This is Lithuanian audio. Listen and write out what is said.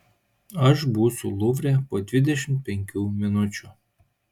aš būsiu luvre po dvidešimt penkių minučių